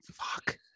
Fuck